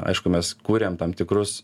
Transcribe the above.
aišku mes kuriam tam tikrus